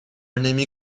نمی